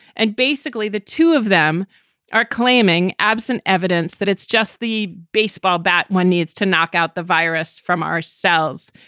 and basically the two of them are claiming, absent evidence, that it's just the baseball bat. one needs to knock out the virus from our cells.